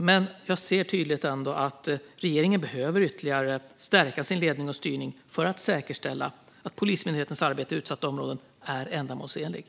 Men jag ser ändå tydligt att regeringen ytterligare behöver stärka sin ledning och styrning för att säkerställa att Polismyndighetens arbete i utsatta områden är ändamålsenligt.